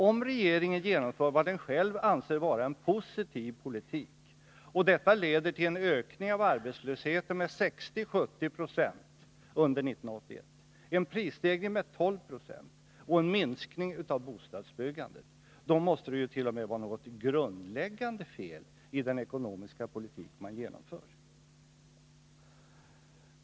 Om regeringen genomför vad den själv anser vara en positiv politik och detta leder till en ökning av arbetslösheten med 60-70 96 under 1981, en prisstegring med 12 46 och en minskning av bostadsbyggandet, då måste det vara något grundläggande fel i den ekonomiska politik man genomför.